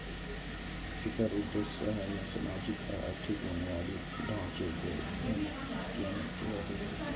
एकर उद्देश्य शहर मे सामाजिक आ आर्थिक बुनियादी ढांचे के उन्नयन रहै